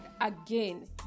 again